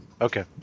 Okay